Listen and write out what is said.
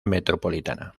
metropolitana